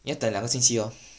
要等两个星期 loh